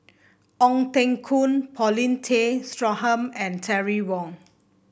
Ong Teng Koon Paulin Tay Straughan and Terry Wong